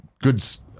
goods